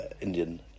Indian